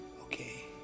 Okay